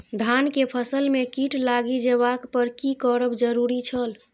धान के फसल में कीट लागि जेबाक पर की करब जरुरी छल?